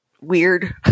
weird